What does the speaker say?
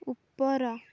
ଉପର